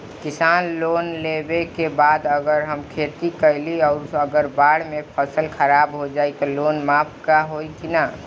किसान लोन लेबे के बाद अगर हम खेती कैलि अउर अगर बाढ़ मे फसल खराब हो जाई त लोन माफ होई कि न?